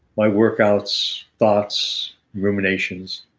my workouts thoughts, ruminations,